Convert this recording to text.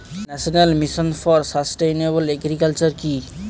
National Mission for Sustainable Agriculture কি?